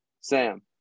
Sam